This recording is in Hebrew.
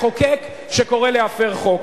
מחוקק שקורא להפר חוק.